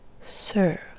serve